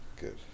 Good